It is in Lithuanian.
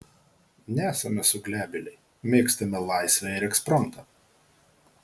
nesame suglebėliai mėgstame laisvę ir ekspromtą